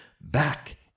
back